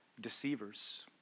deceivers